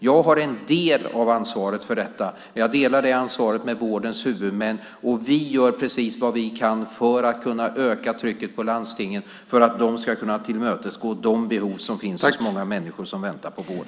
Jag har en del av ansvaret för det. Jag delar det ansvaret med vårdens huvudmän, och vi gör allt vad vi kan för att öka trycket på landstingen så att de ska kunna tillmötesgå de behov som många människor har och som väntar på vård.